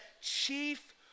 chief